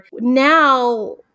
Now